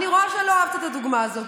אני רואה שלא אהבת את הדוגמה הזאת,